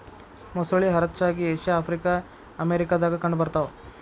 ಮೊಸಳಿ ಹರಚ್ಚಾಗಿ Asia Africa America ದಾಗ ಕಂಡ ಬರತಾವ